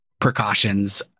precautions